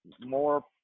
more